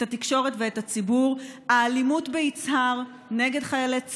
התקשורת ואת הציבור: האלימות ביצהר נגד חיילי צה"ל,